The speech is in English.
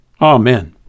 Amen